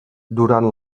durant